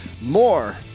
more